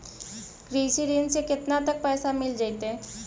कृषि ऋण से केतना तक पैसा मिल जइतै?